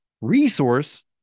resource